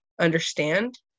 understand